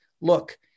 look